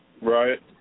right